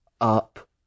up